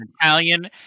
Italian